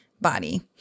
body